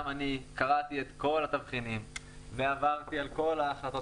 גם אני קראתי את כל התבחינים ועברתי על כל ההחלטות